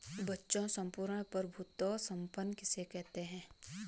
बच्चों सम्पूर्ण प्रभुत्व संपन्न किसे कहते हैं?